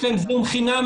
אני